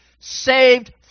saved